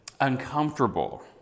uncomfortable